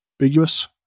ambiguous